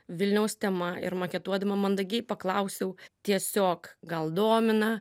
vilniaus tema ir maketuodama mandagiai paklausiau tiesiog gal domina